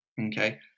okay